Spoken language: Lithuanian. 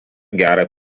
gerą